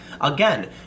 Again